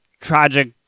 tragic